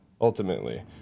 ultimately